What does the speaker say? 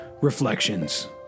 Reflections